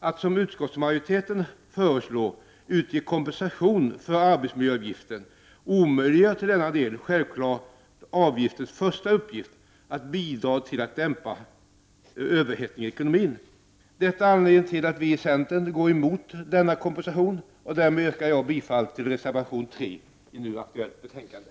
Att, som utskottsmajoriteten föreslår, utge kompensation för arbetsmiljöavgiften omöjliggör självfallet avgiftens första uppgift, att bidra till att dämpa överhettningen i ekonomin. Det är anledningen till att vi i centern går emot denna kompensation. Därmed yrkar jag bifall till reservation 3 i nu aktuellt betänkande.